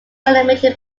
animated